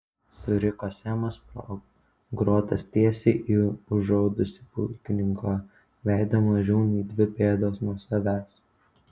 suriko semas pro grotas tiesiai į užraudusį pulkininko veidą mažiau nei dvi pėdos nuo savęs